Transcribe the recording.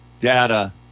data